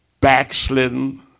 Backslidden